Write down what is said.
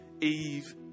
Eve